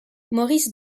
maurice